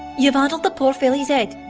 you've addled the poor filly's head.